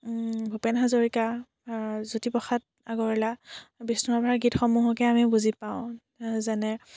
ভূপেন হাজৰীকা জ্যোতিপ্ৰসাদ আগৰৱালা বিষ্ণুৰাভাৰ গীতসমূহকে আমি বুজি পাওঁ যেনে